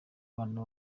rwanda